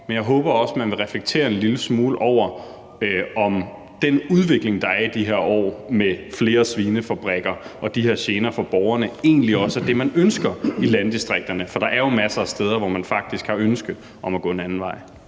Men jeg håber også, at man vil reflektere en lille smule over, om den udvikling, der er i de her år, med flere svinefabrikker og med de her gener for borgerne, egentlig også er det, man ønsker i landdistrikterne. For der er jo masser af steder, hvor de faktisk har et ønske om at gå en anden vej.